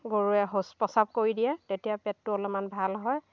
গৰুৱে শৌচ প্ৰস্ৰাৱ কৰি দিয়ে তেতিয়া পেটটো অলপমান ভাল হয়